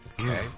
Okay